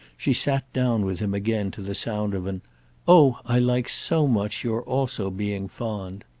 she sat down with him again to the sound of an oh, i like so much your also being fond!